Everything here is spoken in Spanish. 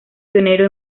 pionero